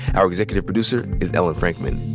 our executive producer is ellen frankman.